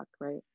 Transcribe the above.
right